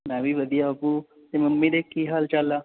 ਮੈਂ ਵੀ ਵਧੀਆ ਅੱਬੂ ਅਤੇ ਮੰਮੀ ਦੇ ਕੀ ਹਾਲ ਚਾਲ ਆ